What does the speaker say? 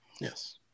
Yes